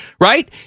Right